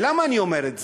למה אני אומר את זה?